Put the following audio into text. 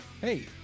hey